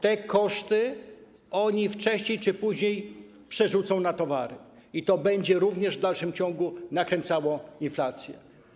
Te koszty oni wcześniej czy później przerzucą na towary - i to będzie również w dalszym ciągu nakręcało inflację.